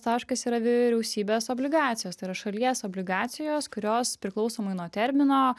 taškas yra vyriausybės obligacijos tai yra šalies obligacijos kurios priklausomai nuo termino